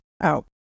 out